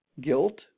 guilt